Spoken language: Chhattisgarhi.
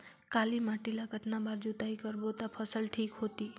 काली माटी ला कतना बार जुताई करबो ता फसल ठीक होती?